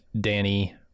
danny